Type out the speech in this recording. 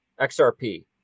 XRP